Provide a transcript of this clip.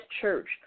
church